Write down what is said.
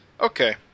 Okay